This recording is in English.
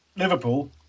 Liverpool